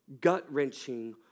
gut-wrenching